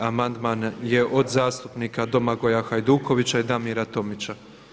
7. amandman je od zastupnika Domagoja Hajdukovića i Damira Tomića.